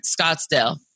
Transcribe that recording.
Scottsdale